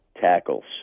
tackles